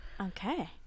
Okay